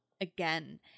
again